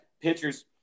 Pitchers